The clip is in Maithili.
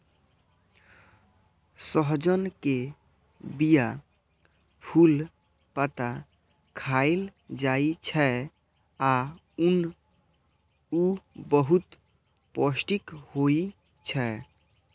सहजन के बीया, फूल, पत्ता खाएल जाइ छै आ ऊ बहुत पौष्टिक होइ छै